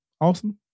awesome